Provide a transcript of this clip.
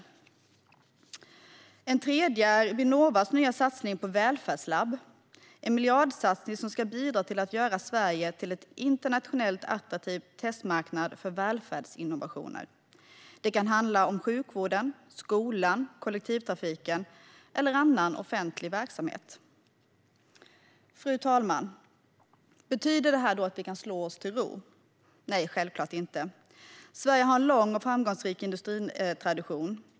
Ytterligare ett exempel är Vinnovas nya satsning på välfärdslabb, en miljardsatsning som ska bidra till att göra Sverige till en internationellt attraktiv testmarknad för välfärdsinnovationer. Det kan handla om sjukvården, skolan, kollektivtrafiken eller annan offentlig verksamhet. Fru talman! Betyder detta att vi kan slå oss till ro? Nej, självklart inte. Sverige har en lång och framgångsrik industritradition.